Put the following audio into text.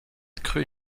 crue